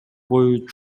бою